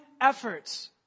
efforts